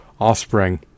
offspring